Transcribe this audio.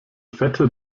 fette